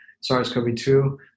SARS-CoV-2